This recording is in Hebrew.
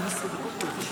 חברת הכנסת רוצה לדבר.